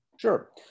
Sure